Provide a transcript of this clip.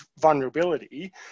vulnerability